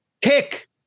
Kick